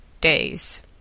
days